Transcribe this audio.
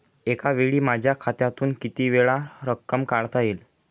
एकावेळी माझ्या खात्यातून कितीवेळा रक्कम काढता येईल?